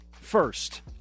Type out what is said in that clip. first